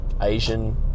Asian